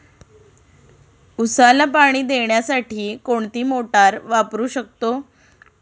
उसाला पाणी देण्यासाठी कोणती मोटार वापरू शकतो?